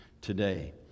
today